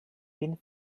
been